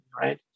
right